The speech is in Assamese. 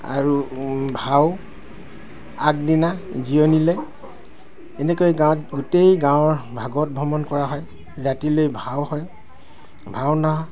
আৰু ভাও আগদিনা জিৰণি লৈ এনেকৈ গাঁৱত গোটেই গাঁৱৰ ভাগৱত ভ্ৰমণ কৰা হয় ৰাতিলৈ ভাও হয় ভাওনা